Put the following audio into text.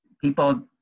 people